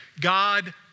God